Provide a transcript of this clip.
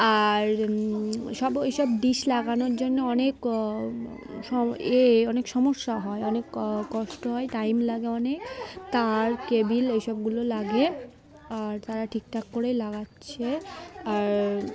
আর সব ওই সব ডিশ লাগানোর জন্য অনেক এ অনেক সমস্যা হয় অনেক কষ্ট হয় টাইম লাগে অনেক তার কেবেল এইসবগুলো লাগে আর তারা ঠিকঠাক করেই লাগাচ্ছে আর